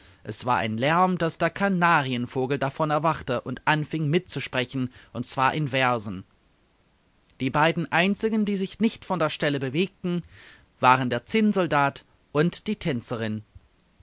es war ein lärm daß der kanarienvogel davon erwachte und anfing mitzusprechen und zwar in versen die beiden einzigen die sich nicht von der stelle bewegten waren der zinnsoldat und die tänzerin